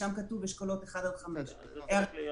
שם כתוב "אשכולות 1 עד 5". זה צריך להיות